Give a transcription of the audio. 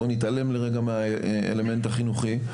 בוא נתעלם לרגע מהאלמנט החינוכי,